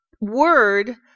Word